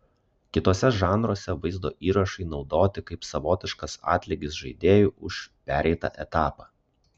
kituose žanruose vaizdo įrašai naudoti kaip savotiškas atlygis žaidėjui už pereitą etapą